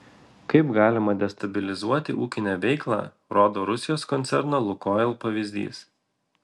kaip galima destabilizuoti ūkinę veiklą rodo rusijos koncerno lukoil pavyzdys